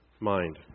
mind